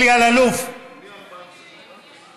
אלי אלאלוף, תכבד.